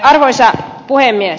arvoisa puhemies